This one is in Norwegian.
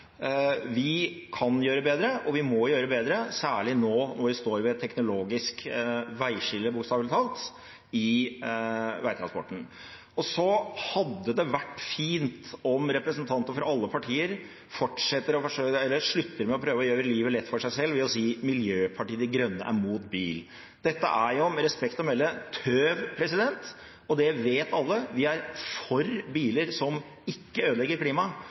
Vi kan gjøre bedre, og vi må gjøre bedre, særlig nå, når vi står ved et teknologisk veiskille, bokstavelig talt, i veitransporten. Så hadde det vært fint om representanter fra alle partier slutter med å prøve å gjøre livet lett for seg selv ved å si at Miljøpartiet De Grønne er imot bil. Dette er – med respekt å melde – tøv, og det vet alle. Vi er for biler som ikke ødelegger klimaet,